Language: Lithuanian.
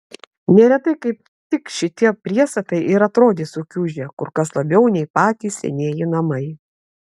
neretai kaip tik šitie priestatai ir atrodė sukiužę kur kas labiau nei patys senieji namai